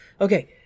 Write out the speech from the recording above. Okay